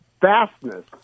Fastness